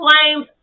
claims